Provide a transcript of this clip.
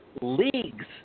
leagues